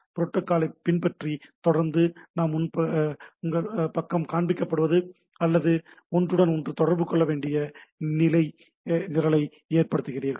புரோட்டோக்காலைப் பின்பற்றி தொடர்ந்து உங்கள் பக்கம் காண்பிக்கப்படுகிறது அல்லது ஒன்றுடன் ஒன்று தொடர்பு கொள்ளக்கூடிய ஒரு நிரலை எழுதுகிறீர்கள்